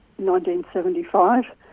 1975